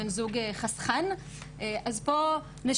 או רק מנסה להגן עליהן בכך שהוא מתקין מצלמות